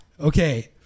Okay